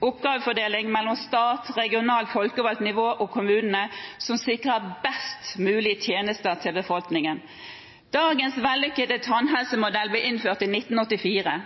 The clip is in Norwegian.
oppgavefordeling mellom stat, regionalt folkevalgt nivå og kommunene som sikrer best mulige tjenester til befolkningen. Dagens vellykkede tannhelsemodell ble innført i 1984.